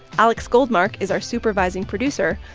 alex goldmark is our supervising producer.